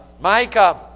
Micah